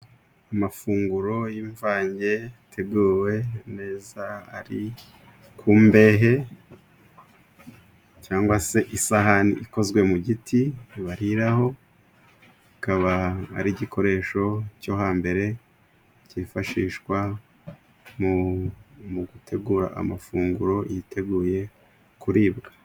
Amafunguro y'imvange yateguwe neza, ari ku mbehe, cyangwa se isahani ikozwe mu giti, bariraho, ikaba ari igikoresho cyo hambere cyifashishwa mu gutegura amafunguro yiteguye kuribwa.